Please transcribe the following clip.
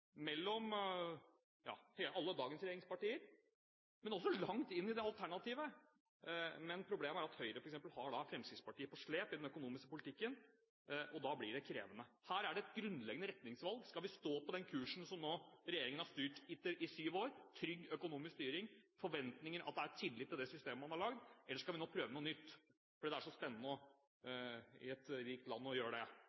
mellom alle dagens regjeringspartier, men også langt inn i det alternative, men problemet er at f.eks. Høyre har Fremskrittspartiet på slep i den økonomiske politikken, og da blir det krevende. Her er det et grunnleggende retningsvalg. Skal vi stå på den kursen som regjeringen har styrt etter i syv år: Trygg økonomisk styring og forventninger om at det er tillit til det systemet man har laget? Eller skal vi prøve noe nytt fordi det er så spennende i et rikt land å